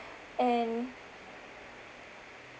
and